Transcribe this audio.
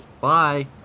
Bye